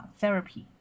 ,therapy